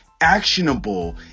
actionable